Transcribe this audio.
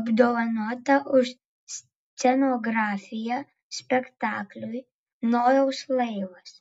apdovanota už scenografiją spektakliui nojaus laivas